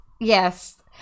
Yes